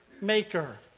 maker